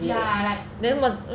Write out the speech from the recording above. ya like just